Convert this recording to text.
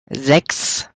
sechs